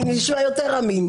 זה נשמע יותר אמין.